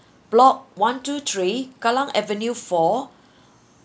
block one two three kallang avenue four